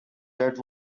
that